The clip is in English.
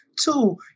Two